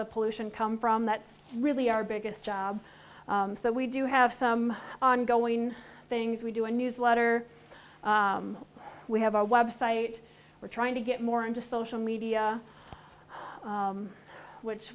of pollution come from that's really our biggest job so we do have some ongoing things we do a newsletter we have a web site we're trying to get more into social media which